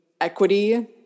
equity